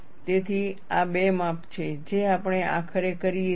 તેથી આ બે માપ છે જે આપણે આખરે કરીએ છીએ